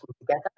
together